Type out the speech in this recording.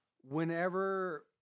Whenever